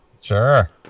Sure